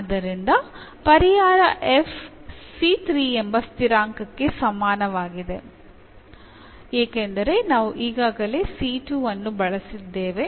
ಆದ್ದರಿಂದ ಪರಿಹಾರ f ಎಂಬ ಸ್ಥಿರಾಂಕಕ್ಕೆ ಸಮಾನವಾಗಿದೆ ಏಕೆಂದರೆ ನಾವು ಈಗಾಗಲೇ ಅನ್ನು ಬಳಸಿದ್ದೇವೆ